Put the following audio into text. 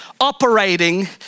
operating